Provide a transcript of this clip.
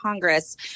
Congress